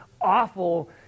awful